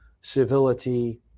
civility